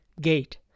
Gate